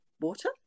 water